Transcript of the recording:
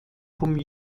vom